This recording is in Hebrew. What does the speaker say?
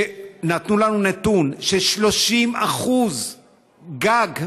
ונתנו לנו נתון ש-30% גג,